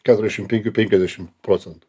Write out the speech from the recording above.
keturiašim penkių penkiasdešim procentų